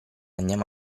andiamo